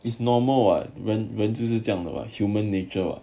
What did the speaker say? it's normal [what] when when 就是这样的 [what] human nature